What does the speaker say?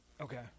Okay